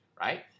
right